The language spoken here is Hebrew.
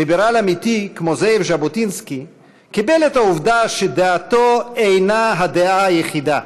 ליברל אמיתי כמו זאב ז'בוטינסקי קיבל את העובדה שדעתו אינה הדעה היחידה.